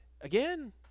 again